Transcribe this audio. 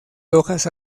hojas